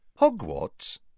Hogwarts